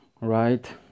right